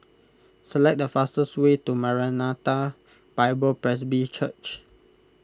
select the fastest way to Maranatha Bible Presby Church